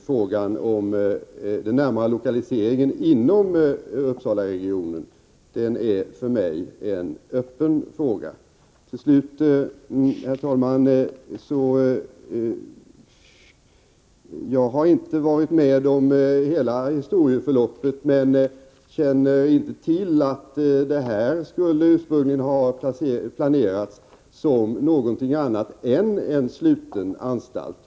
Frågan om den närmare lokaliseringen inom Uppsalaregionen är för mig en öppen fråga. Slutligen vill jag säga, herr talman, att jag inte har varit med om hela historieförloppet, men enligt de uppgifter jag har fått har Rosersbergsanstalten ursprungligen inte planerats som någonting annat än en sluten anstalt.